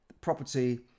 property